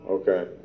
Okay